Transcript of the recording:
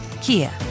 Kia